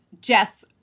Jess